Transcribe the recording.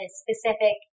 specific